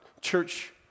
church